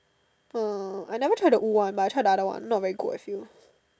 uh I never tried the one but I tried the another one not very good I feel